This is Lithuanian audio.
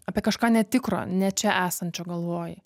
apie kažką netikro ne čia esančio galvoji